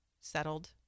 settled